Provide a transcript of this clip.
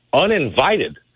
uninvited